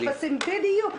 בדיוק.